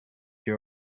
you